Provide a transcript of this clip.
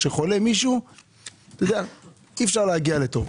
אי אפשר להגיע לטוב.